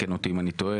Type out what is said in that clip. תקן אותי אם אני טועה,